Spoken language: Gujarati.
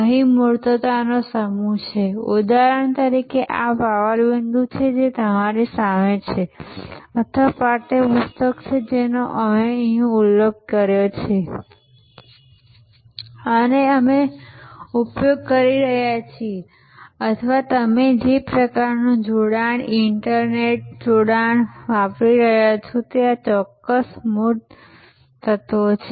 અહીં મૂર્તતાનો સમૂહ છે ઉદાહરણ તરીકે આ પાવરબિંદુ જે તમારી સામે છે અથવા પાઠ્ય પુસ્તક કે જેનો અમે ઉલ્લેખ કર્યો છે અને અમે ઉપયોગ કરી રહ્યા છીએ અથવા તમે જે પ્રકારનું જોડાણ ઇન્ટરનેટ જોડાણ વાપરી રહ્યાં છો તે આ ચોક્કસ મૂર્ત તત્વો છે